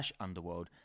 underworld